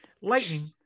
lightning